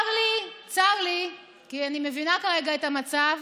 צר לי כי אני מבינה כרגע את המצב,